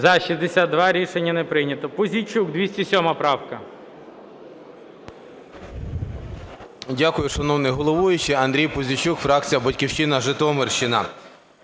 За-62 Рішення не прийнято. Пузійчук, 207 правка.